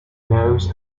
knows